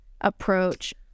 approach